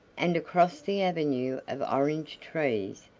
and across the avenue of orange trees,